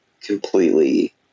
completely